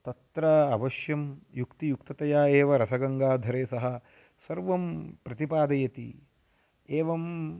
तत्र अवश्यं युक्तियुक्ततया एव रसगङ्गाधरे सः सर्वं प्रतिपादयति एवं